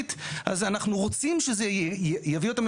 מה